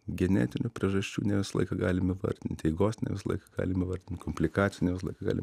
genetinių priežasčių ne visą laiką galim įvardint eigos ne visą laiką galim įvardint komplikacijų ne visą laiką galim